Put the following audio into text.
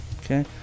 Okay